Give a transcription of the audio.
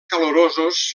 calorosos